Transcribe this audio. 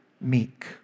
meek